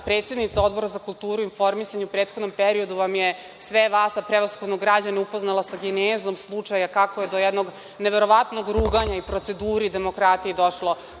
predsednica Odbora za kulturu i informisanje u prethodnom periodu je sve vas, a prevashodno građane, upoznala genezom slučaja kako je do jednog neverovatnog ruganja i proceduri demokratije došlo